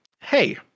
hey